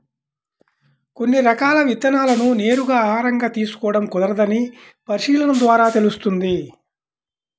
కొన్ని రకాల విత్తనాలను నేరుగా ఆహారంగా తీసుకోడం కుదరదని పరిశీలన ద్వారా తెలుస్తుంది